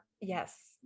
Yes